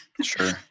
Sure